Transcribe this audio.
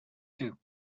too